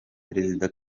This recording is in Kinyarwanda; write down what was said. perezida